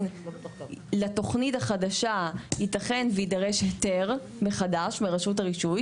לתוכנית החדשה ייתכן ויידרש היתר מחדש מרשות הרישוי,